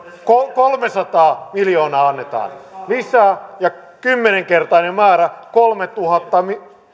kolmesataa miljoonaa annetaan lisää ja kymmenkertainen määrä kolmetuhatta